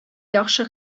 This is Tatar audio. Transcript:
яхшы